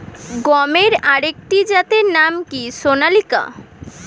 গমের আরেকটি জাতের নাম কি সোনালিকা?